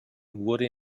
wurde